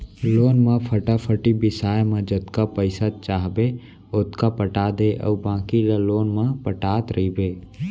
loan म फटफटी बिसाए म जतका पइसा चाहबे ओतका पटा दे अउ बाकी ल लोन म पटात रइबे